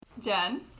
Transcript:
Jen